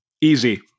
Easy